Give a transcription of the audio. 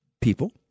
people